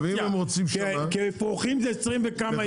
כי אפרוחים זה 20 וכמה ימים,